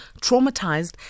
traumatized